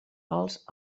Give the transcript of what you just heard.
als